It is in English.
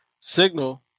Signal